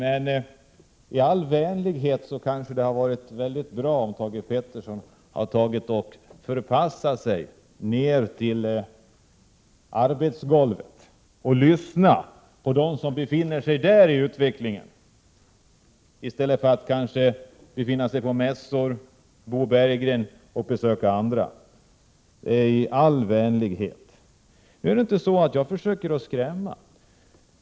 Men jag vill ändå i all vänlighet säga att det hade varit bra om Thage G Peterson hade förpassat sig ned till arbetsgolvet och lyssnat till dem som befinner sig där i stället för att besöka mässor, Bo Berggren och andra. Detta alltså sagt i all vänlighet. Det är inte så att jag försöker skrämmas.